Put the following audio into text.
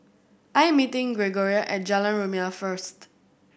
I am meeting Gregoria at Jalan Rumia first